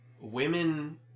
women